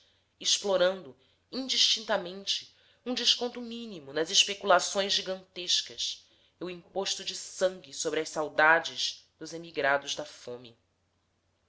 explorando indistintamente um desconto mínimo nas especulações gigantescas e o imposto de sangue sobre as saudades dos emigrados da fome